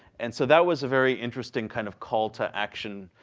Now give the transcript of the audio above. and so that was a very interesting kind of call to action,